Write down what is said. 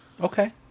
Okay